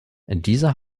dieser